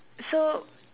so